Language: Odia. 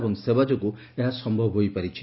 ଏବଂ ସେବା ଯୋଗୁଁ ଏହା ସ ହୋଇପାରିଛି